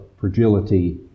fragility